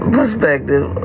Perspective